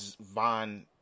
von